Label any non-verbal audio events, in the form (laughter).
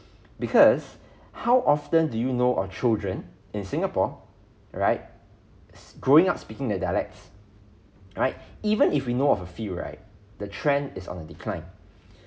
(breath) because (breath) how often do you know our children in singapore right growing up speaking the dialects right even if we know of a few right the trend is on a decline (breath)